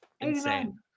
Insane